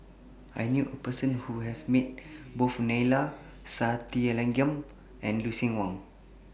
I knew A Person Who has Met Both Neila Sathyalingam and Lucien Wang